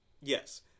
Yes